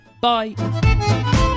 Bye